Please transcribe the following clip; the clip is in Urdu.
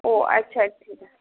اوہ اچھا ٹھیک ہے